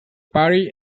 party